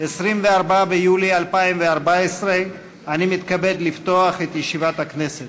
24 ביולי 2014, אני מתכבד לפתוח את ישיבת הכנסת.